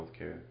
healthcare